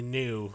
new